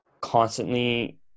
constantly